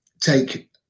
take